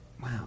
Wow